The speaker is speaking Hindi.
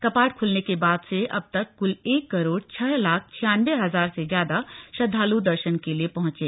कपाट खुलने के बाद से अब तक कुल एक करोड़ छह लाख छियानबे हज़ार से ज़्यादा श्रद्वालु दर्शन के लिए पहुचे